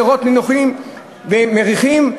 נרות מריחים,